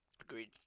Agreed